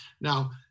Now